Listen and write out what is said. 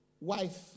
Wife